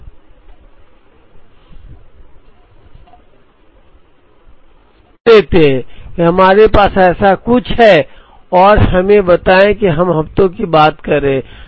तो हम मान लेते हैं कि हमारे पास ऐसा कुछ है और हमें बताएं कि हम हफ्तों की बात कर रहे हैं